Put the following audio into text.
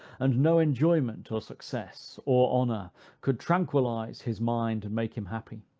and no enjoyment, or success, or honor could tranquillize his mind, and make him happy.